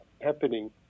happening